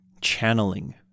Channeling